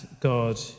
God